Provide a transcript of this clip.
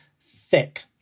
thick